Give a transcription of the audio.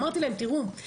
אמרתי להם,